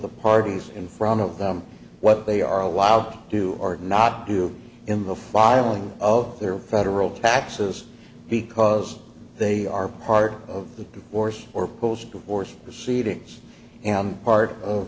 the parties in front of them what they are allowed to do or not do in the filing of their federal taxes because they are part of the force or post divorce proceedings and part of